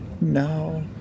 No